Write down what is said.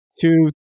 two